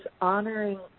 honoring